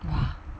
!wah!